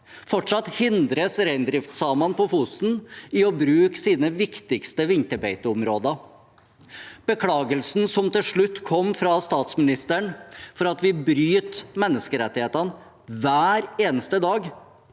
fortsatt hindres reindriftssamene på Fosen i å bruke sine viktigste vinterbeiteområder. Beklagelsen som til slutt kom fra statsministeren, for at vi bryter menneskerettighetene hver eneste dag,